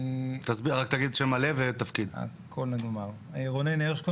אני רונן הרשקו,